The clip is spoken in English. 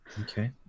okay